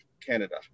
Canada